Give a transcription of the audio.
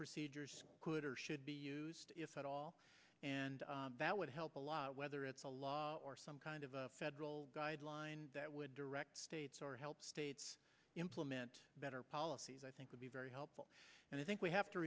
procedures could or should be used if at all and that would help a lot whether it's a law or some kind of federal guidelines that would direct states or help states implement better policies i think would be very helpful and i think we have to